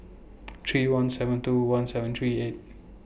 three one seven two one seven three eight